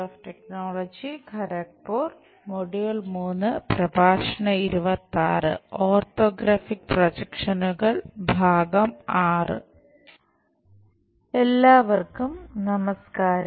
orthographic പ്രൊജക്ഷനുകൾ I എല്ലാവർക്കും നമസ്ക്കാരം